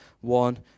one